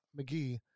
McGee